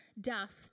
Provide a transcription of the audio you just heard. dust